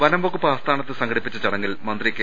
വനംവകുപ്പ് ആസ്ഥാനത്ത് സംഘടിപ്പിച്ച ചടങ്ങിൽ മന്ത്രി കെ